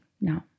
No